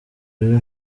rero